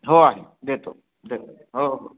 हो आहे देतो देतो हो हो